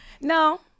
No